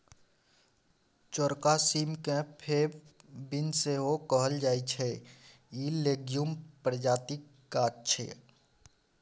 चौरका सीम केँ फेब बीन सेहो कहल जाइ छै इ लेग्युम प्रजातिक गाछ छै